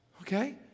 Okay